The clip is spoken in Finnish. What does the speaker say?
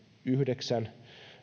yhdeksän